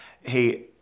Hey